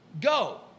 go